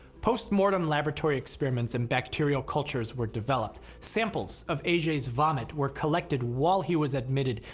post-mortem laboratory experiments and bacterial cultures were developed. samples of aj's vomit were collected while he was admitted,